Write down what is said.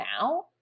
now